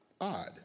odd